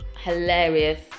hilarious